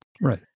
Right